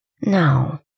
No